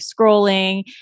scrolling